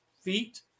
feet